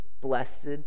blessed